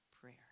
prayer